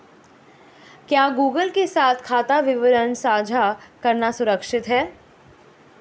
क्या गूगल के साथ खाता विवरण साझा करना सुरक्षित है?